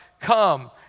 come